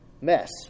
mess